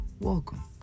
Welcome